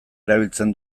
erabiltzen